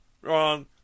Wrong